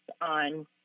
on